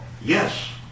Yes